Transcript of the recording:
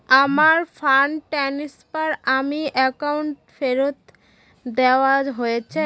আমার fund transfer আমার অ্যাকাউন্টে ফেরত দেওয়া হয়েছে